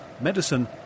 medicine